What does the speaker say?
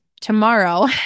tomorrow